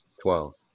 Twelve